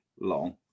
long